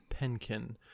penkin